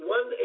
One